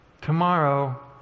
tomorrow